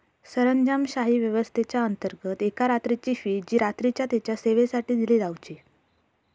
सरंजामशाही व्यवस्थेच्याअंतर्गत एका रात्रीची फी जी रात्रीच्या तेच्या सेवेसाठी दिली जावची